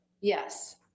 yes